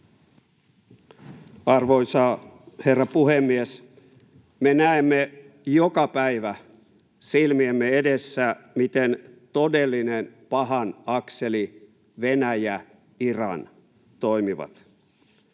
Arvoisa herra puhemies! Me näemme joka päivä silmiemme edessä, miten todellinen pahan akseli, Venäjä—Iran, toimii.